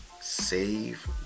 save